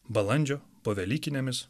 balandžio povelykinėmis